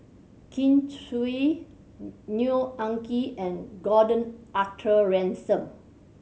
Kin Chui Neo Anngee and Gordon Arthur Ransome